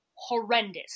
Horrendous